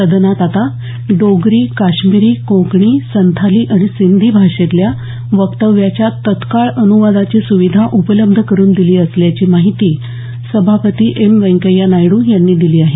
सदनात आता डोगरी काश्मीरी कोंकणी संथाली आणि सिंधी भाषेतल्या वक्तव्याच्या तत्काळ अनुवादाची सुविधा उपलब्ध करून दिली असल्याची माहिती सभापती एम वेंकय्या नायडू यांनी दिली आहे